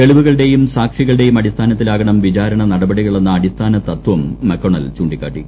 തെളിവുകളുടെയും സാക്ഷികളുടെയും അടിസ്ഥാനത്തിലാകണം വിചാരണ നടപടികളെന്ന അടിസ്ഥാന തത്വം മക്കൊണെൽ ചൂണ്ടിക്കാട്ടി